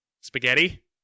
Spaghetti